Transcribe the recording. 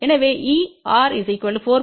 எனவே Er 4